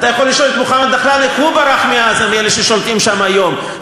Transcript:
אתה יכול לשאול את מוחמד דחלאן איך הוא ברח מעזה מאלה ששולטים שם היום,